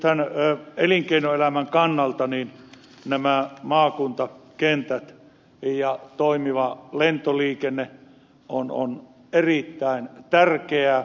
nythän elinkeinoelämän kannalta nämä maakuntakentät ja toimiva lentoliikenne ovat erittäin tärkeitä